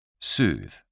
Soothe